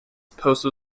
postal